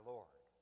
Lord